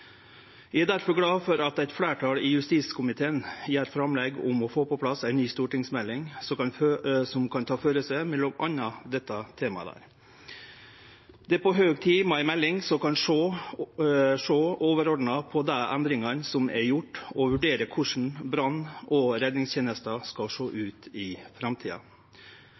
Eg er difor glad for at eit fleirtal i justiskomiteen gjer framlegg om å få på plass ei ny stortingsmelding som kan ta føre seg m.a. dette temaet. Det er på høg tid med ei melding som kan sjå overordna på dei endringane som er gjorde, og vurdere korleis brann- og redningstenesta skal sjå ut i framtida.